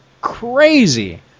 crazy